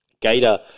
Gator